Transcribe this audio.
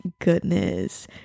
goodness